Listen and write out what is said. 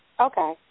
Okay